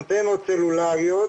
אנטנות סלולריות,